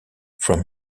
from